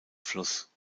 fluss